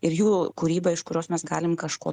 ir jų kūryba iš kurios mes galim kažko